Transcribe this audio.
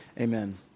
Amen